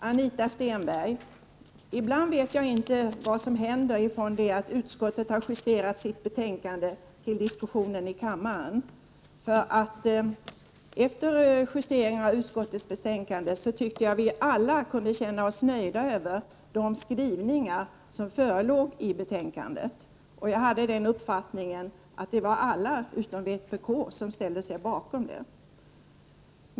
Herr talman! Ibland vet jag inte vad som händer från det att utskottet har justerat sitt betänkande till det att diskussionen äger rum i kammaren, Anita Stenberg. Efter justeringen av utskottets betänkande tyckte jag att vi alla kunde känna oss nöjda med de skrivningar som förelåg i betänkandet. Jag fick uppfattningen att alla utom vpk ställde sig bakom dem.